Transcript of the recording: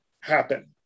happen